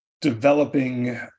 developing